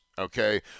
Okay